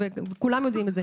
וכולם יודעים את זה,